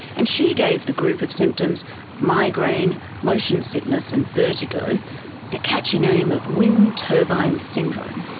and she gave the group of symptoms migraine, motion sickness and vertigo the catchy name of wind turbine syndrome.